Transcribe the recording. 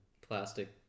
plastic